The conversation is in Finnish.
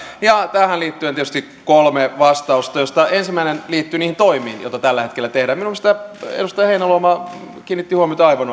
ja tähän liittyen tietysti kolme vastausta joista ensimmäinen liittyy niihin toimiin joita tällä hetkellä tehdään minusta edustaja heinäluoma kiinnitti huomiota aivan